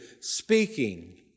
speaking